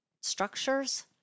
structures